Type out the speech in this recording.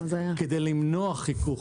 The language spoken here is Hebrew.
כדי למנוע חיכוך